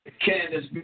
Candace